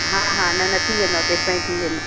हा हा न न थी वेंदव तेसि ताईं थी वेंदव